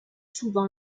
souvent